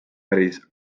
päris